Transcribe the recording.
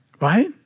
Right